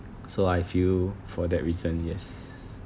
so I feel for that reason yes